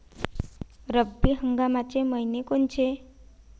रब्बी हंगामाचे मइने कोनचे?